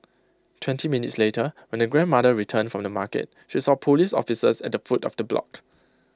twenty minutes later when the grandmother returned from the market she saw Police officers at the foot of the block